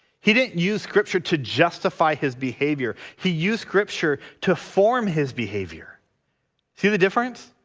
he didn't use scripture to justify his behavior he used scripture to form his behavior see the difference.